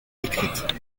écrite